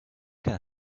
can